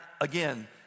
again